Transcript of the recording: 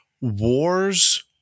wars